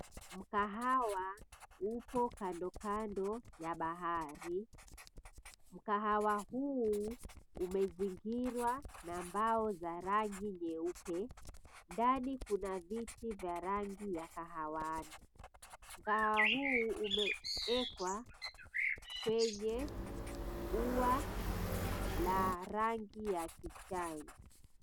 Mkahawa uko kando kando ya bahari. Mkahawa huu umezingirwa na mbao za rangi nyeupe. Ndani kuna viti vya rangi ya kahawia. Mkahawa huu umeekwa kwenye ua la rangi ya kijani.